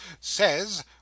says